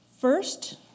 First